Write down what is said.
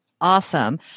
Awesome